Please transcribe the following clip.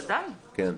אז הינה,